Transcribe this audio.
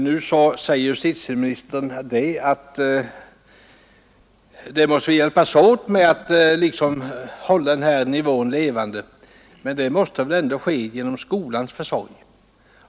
Nu säger justitieministern att vi måste hjälpas åt med att nå dessa målsättningar, men det måste väl ske genom skolans försorg.